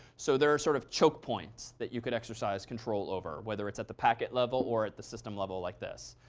so there are sort of choke points that you could exercise control over. whether it's at the packet level or at the system level like this.